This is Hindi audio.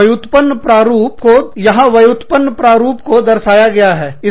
व्युत्पन्न प्रारूप साइबरनेटिक मॉडल को यहां दर्शाया गया है